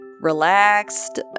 relaxed